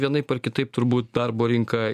vienaip ar kitaip turbūt darbo rinka